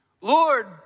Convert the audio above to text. Lord